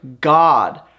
God